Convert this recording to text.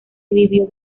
vivió